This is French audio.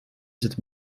cette